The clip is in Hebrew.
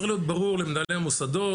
צריך להיות ברור למנהלי המוסדות,